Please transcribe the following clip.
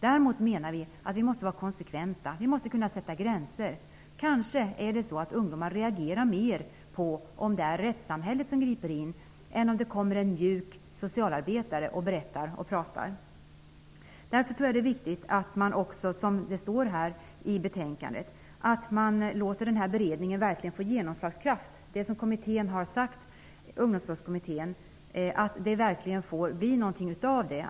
Däremot menar vi att det behövs konsekvens. Vi måste kunna sätta gränser. Det är kanske så att ungdomar reagerar mera om rättssamhället griper in än om en mjuk socialarbetare kommer och berättar och pratar. Därför tror jag att det är viktigt att man, som det står i betänkandet, verkligen låter beredningen få genomslagskraft -- dvs. att det som Ungdomsbrottskommittén har sagt verkligen ger resultat.